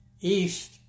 east